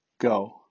Go